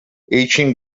ancient